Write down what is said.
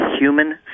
human